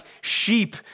sheep